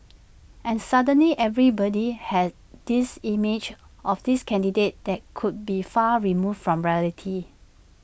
and suddenly everybody has this image of this candidate that could be far removed from reality